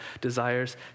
desires